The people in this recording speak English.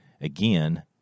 again